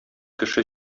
кеше